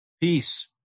peace